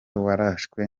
warashwe